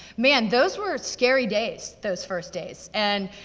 man, those were scary days, those first days. and,